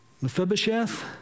Mephibosheth